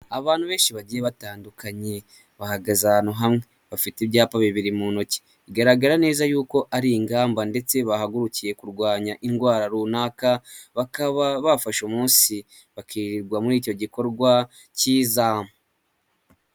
Abantu benshi bagiye batandukanye bahagaze ahantu hamwe, bafite ibyapa bibiri mu ntoki, bigaragara neza yuko ari ingamba ndetse bahagurukiye kurwanya indwara runaka, bakaba bafashe umunsi bakirirwa muri icyo gikorwa cyiza.